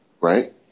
Right